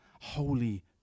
holy